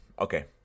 Okay